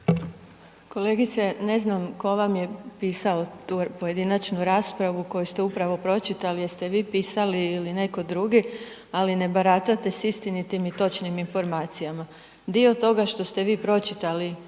Kolegice ne znam tko vam je pisao tu pojedinačnu raspravu koju ste upravo pročitali, jeste vi pisali ili neko drugi, ali ne baratate sa istinitim i točnim informacijama. Dio toga što ste vi pročitali